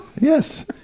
Yes